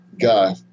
guy